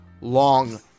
long